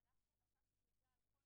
ליוויתי את התהליך כבר לפני שנתיים.